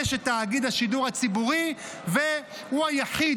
יש את תאגיד השידור הציבורי והוא היחיד,